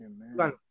Amen